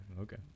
okay